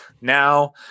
Now